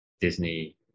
Disney